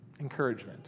encouragement